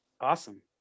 Awesome